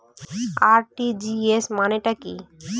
RTGS মানে টা কি?